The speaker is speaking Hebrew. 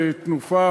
האחרונות,